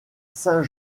saint